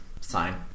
sign